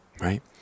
Right